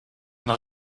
nog